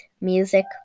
Music